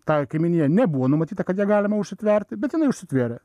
tai kaimynijai nebuvo numatyta kad ją galima užsitverti bet jinai užsitvėrė